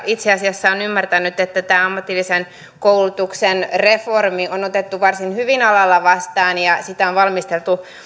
itse asiassa olen ymmärtänyt että tämä ammatillisen koulutuksen reformi on otettu varsin hyvin alalla vastaan ja sitä on valmisteltu